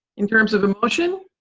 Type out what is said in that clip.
in terms of emotion,